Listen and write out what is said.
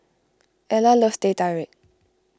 Ella loves Teh Tarik